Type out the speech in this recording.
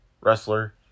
wrestler